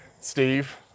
Steve